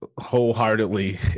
wholeheartedly